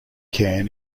can